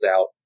out